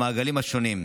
במעגלים השונים.